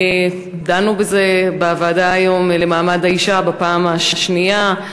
דנו בזה היום בוועדה למעמד האישה בפעם השנייה.